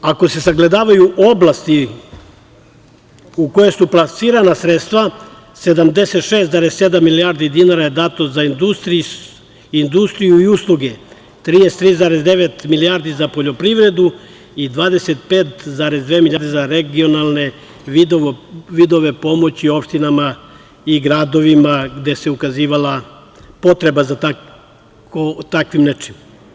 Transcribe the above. Ako se sagledavaju oblasti u koje su plasirana sredstva, 76,7 milijardi dinara je dato za industriju i usluge, 33,9 milijardi za poljoprivredu i 25,2 milijarde za regionalne vidove pomoći opštinama i gradovima, gde se ukazivala potreba za takvim nečim.